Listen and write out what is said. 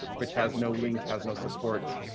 which has no link has no supports,